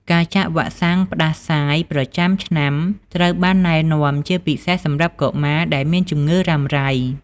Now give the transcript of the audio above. ការចាក់វ៉ាក់សាំងផ្តាសាយប្រចាំឆ្នាំត្រូវបានណែនាំ ជាពិសេសសម្រាប់កុមារដែលមានជំងឺរ៉ាំរ៉ៃ។